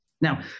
Now